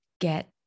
get